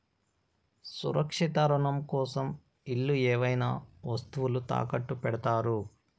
సురక్షిత రుణం కోసం ఇల్లు ఏవైనా వస్తువులు తాకట్టు పెడతారు